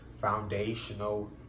foundational